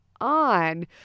on